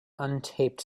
untaped